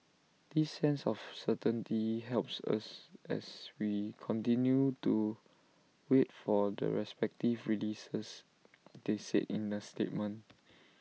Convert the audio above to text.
this sense of certainty helps us as we continue to wait for the respective releases they said in A statement